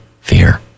fear